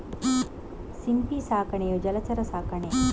ಸಿಂಪಿ ಸಾಕಾಣಿಕೆಯು ಜಲಚರ ಸಾಕಣೆ